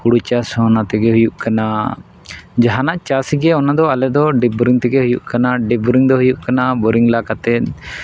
ᱦᱳᱲᱳ ᱪᱟᱥ ᱦᱚᱸ ᱚᱱᱟ ᱛᱮᱜᱮ ᱦᱩᱭᱩᱜ ᱠᱟᱱᱟ ᱡᱟᱦᱟᱱᱟᱜ ᱪᱟᱥ ᱜᱮ ᱚᱱᱟᱫᱚ ᱟᱞᱮᱫᱚ ᱰᱤᱯ ᱵᱳᱨᱤᱝ ᱛᱮᱜᱮ ᱦᱩᱭᱩᱜ ᱠᱟᱱᱱᱟ ᱰᱤᱯ ᱵᱳᱨᱤᱝ ᱫᱚ ᱦᱩᱭᱩᱜ ᱠᱟᱱᱟ ᱵᱳᱨᱤᱝ ᱞᱟ ᱠᱟᱛᱮᱫ